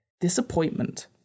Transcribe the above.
disappointment